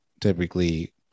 typically